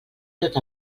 tot